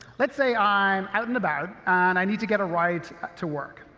let's say i'm out and about and i need to get a ride to work.